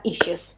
issues